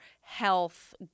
health